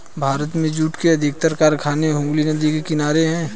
भारत में जूट के अधिकतर कारखाने हुगली नदी के किनारे हैं